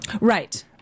Right